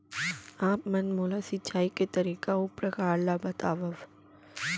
आप मन मोला सिंचाई के तरीका अऊ प्रकार ल बतावव?